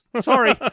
Sorry